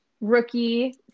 rookie